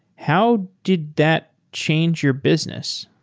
how did that change your business?